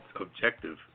objective